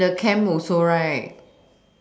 in the camp also right